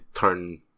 turn